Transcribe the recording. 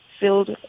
filled